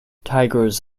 tigers